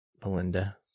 Belinda